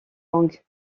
langues